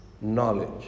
Knowledge